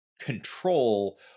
control